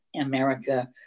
America